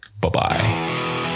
bye-bye